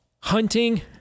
hunting